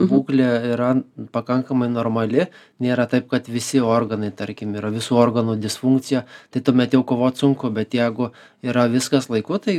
būklė yra pakankamai normali nėra taip kad visi organai tarkim yra visų organų disfunkcija tai tuomet jau kovot sunku bet jeigu yra viskas laiku tai